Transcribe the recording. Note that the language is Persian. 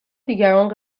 دیگران